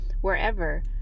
wherever